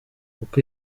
kuko